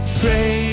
pray